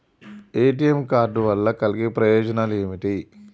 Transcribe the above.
ATM card వల్ల కలిగే ప్రయోజనాలు ఏమిటి?